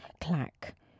Clack